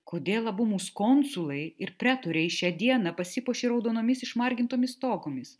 kodėl abu mūsų konsulai ir pretoriai šią dieną pasipuošė raudonomis išmargintomis togomis